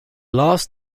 last